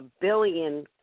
billion